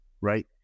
right